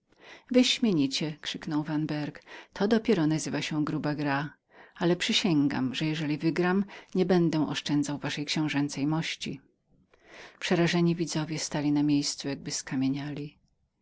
wyśmienicie krzyknął vanberg to dopiero nazywa się gruba gra ale przysięgam że jeżeli wygram nie będę oszczędzał waszej książęcej mości przerażeni widzowie stali na miejscu jakby skamieniali